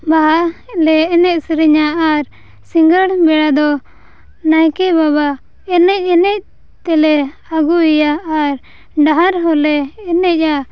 ᱵᱟᱦᱟ ᱞᱮ ᱮᱱᱮᱡ ᱥᱮᱨᱮᱧᱟ ᱟᱨ ᱥᱤᱸᱜᱟᱹᱲ ᱵᱮᱲᱟ ᱫᱚ ᱱᱟᱭᱠᱮ ᱵᱟᱵᱟ ᱮᱱᱮᱡ ᱮᱱᱮᱡ ᱛᱮᱞᱮ ᱟᱹᱜᱩᱭ ᱭᱟ ᱟᱨ ᱰᱟᱦᱟᱨ ᱦᱚᱸᱞᱮ ᱮᱱᱮᱡᱟ